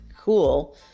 cool